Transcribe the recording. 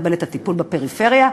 לקבל את הטיפול בפריפריה,